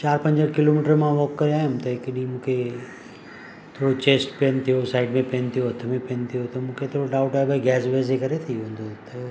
चार पंज किलोमीटर मां वॉक करे आयुमि त हिकु ॾींहुं मूंखे थोरो चेस्ट पेन थियो साइड में पेन थियो हथ में पेन थियो त मूंखे थोरो डाउट आयो भई गैस वैस जे करे थी वेंदो त